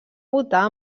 votar